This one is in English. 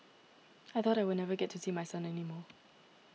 I thought I would never get to see my son any more